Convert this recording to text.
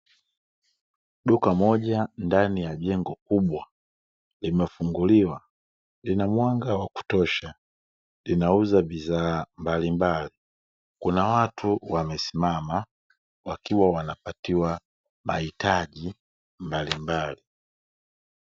Duka moja ndani ya jengo kubwa limefunguliwa, lina mwanga wakutosha linauza bidhaa mbalimbali, kuna watu wamesimama wakiwa wanapatiwa mahitaji mbalimbali.